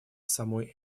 самой